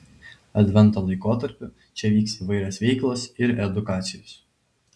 advento laikotarpiu čia vyks įvairios veiklos ir edukacijos